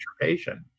patient